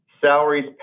salaries